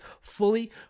fully